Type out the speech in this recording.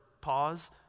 Pause